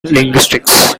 linguistics